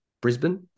Brisbane